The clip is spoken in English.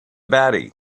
batty